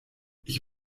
ich